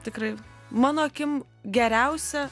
tikrai mano akim geriausią